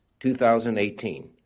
2018